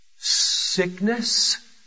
Sickness